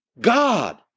God